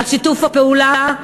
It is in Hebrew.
על שיתוף הפעולה,